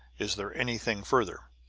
is there anything further?